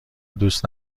دوست